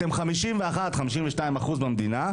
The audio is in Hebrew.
אתן 51% או 52% מהמדינה,